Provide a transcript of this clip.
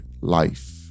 life